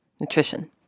nutrition